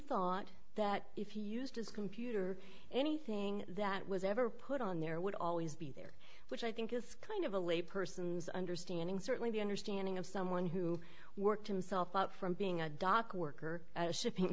thought that if you used his computer anything that was ever put on there would always be there which i think is kind of a lay person's understanding certainly the understanding of someone who worked himself up from being a dock worker at a shipping